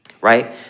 right